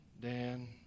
Dan